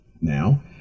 Now